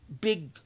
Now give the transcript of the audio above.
big